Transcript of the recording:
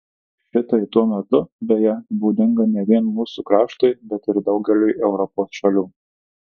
šitai tuo metu beje būdinga ne vien mūsų kraštui bet ir daugeliui europos šalių